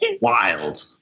wild